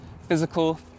physical